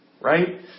Right